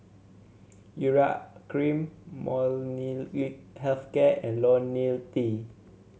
Urea Cream Molnylcke Health Care and IoniL T